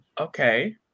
okay